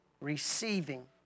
receiving